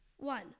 One